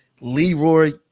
Leroy